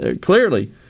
clearly